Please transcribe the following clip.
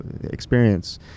experience